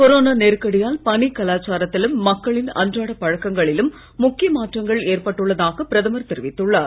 corona நெருக்கடியால் பணிக் கலாச்சாரத்திலும் மக்களின் அன்றாடப் பழக்கங்களிலும் முக்கிய மாற்றங்கள் ஏற்பட்டுள்ளதாக பிரதமர் தெரிவித்துள்ளார்